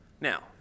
Now